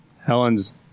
helen's